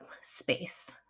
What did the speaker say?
space